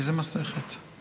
חבר הכנסת גלעד קריב, בבקשה.